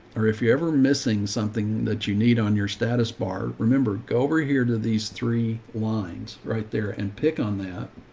or if you ever missing something that you need on your status bar, remember go over here to these three lines right there and pick on that.